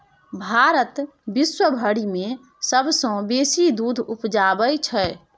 भारत विश्वभरि मे सबसँ बेसी दूध उपजाबै छै